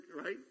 Right